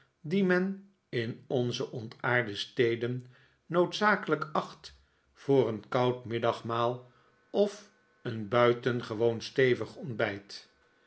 men in onze ontaarde steden noodzakelijk acht voor een koud middagmaal of een buitengewoon stevig ontbijt